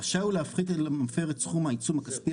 רשאי הוא להפחית למפר את סכום העיצום הכספי